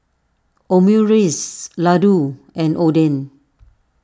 Omurice Ladoo and Oden